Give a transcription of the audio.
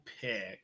pick